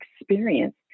experience